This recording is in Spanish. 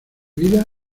vida